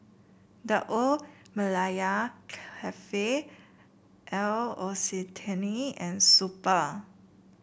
The Old Malaya Cafe L'Occitane and Super